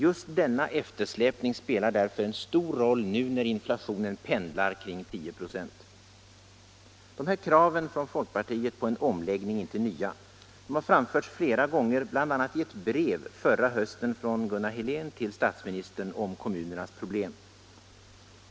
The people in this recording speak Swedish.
Just denna eftersläpning spelar därför en stor roll nu när inflationen pendlar kring 10 96. De här kraven från folkpartiet på en omläggning är inte nya. De har framförts flera gånger — bl.a. i brev förra hösten från Gunnar Helén till statsministern om kommunernas problem.